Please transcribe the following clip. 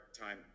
time